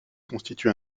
constitue